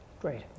Great